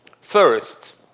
first